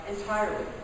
entirely